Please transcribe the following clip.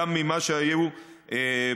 גם ממה שהיו ב-2017,